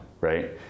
right